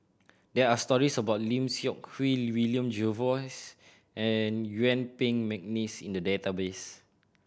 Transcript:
there are stories about Lim Seok Hui William Jervois and Yuen Peng McNeice in the database